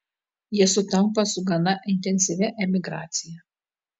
jie sutampa su gana intensyvia emigracija